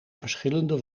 verschillende